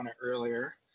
Earlier